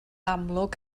amlwg